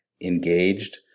engaged